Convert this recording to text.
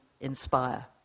inspire